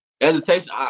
Hesitation